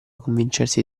convincersi